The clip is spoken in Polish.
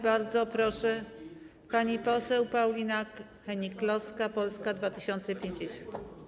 Bardzo proszę, pani poseł Paulina Hennig-Kloska, Polska 2050.